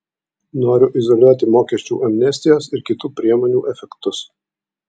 noriu izoliuoti mokesčių amnestijos ir kitų priemonių efektus